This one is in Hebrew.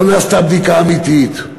לא נעשתה בדיקה אמיתית,